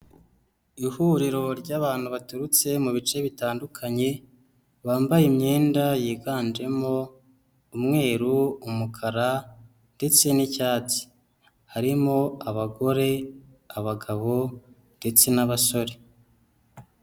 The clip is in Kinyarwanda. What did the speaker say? Ihuriro ry'abantu baturutse mu bice bitandukanye, bambaye imyenda